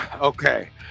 Okay